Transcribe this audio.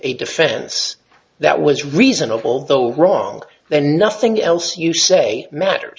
a defense that was reasonable though wrong then nothing else you say matters